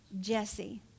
Jesse